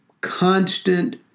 constant